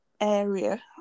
area